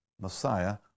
Messiah